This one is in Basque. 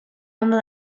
ondo